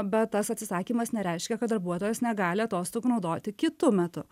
bet tas atsisakymas nereiškia kad darbuotojas negali atostogų naudoti kitu metu